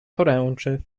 poręczy